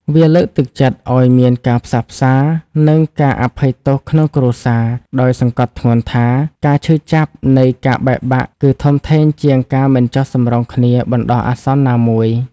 វាលើកទឹកចិត្តឲ្យមានការផ្សះផ្សា និងការអភ័យទោសក្នុងគ្រួសារ ដោយសង្កត់ធ្ងន់ថា ការឈឺចាប់នៃការបែកបាក់គឺធំធេងជាងការមិនចុះសម្រុងគ្នាបណ្ដោះអាសន្នណាមួយ។